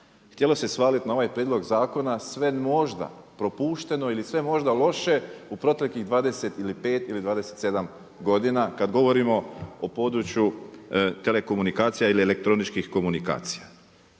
Htjelo se svaliti na ovaj prijedlog zakona, sve možda propušteno ili sve možda loše u proteklih 25 ili 27 godina kad govorimo o području telekomunikacija ili elektroničkih komunikacija.